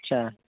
अच्छा